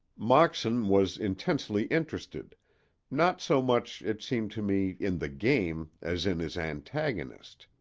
moxon was intensely interested not so much, it seemed to me, in the game as in his antagonist,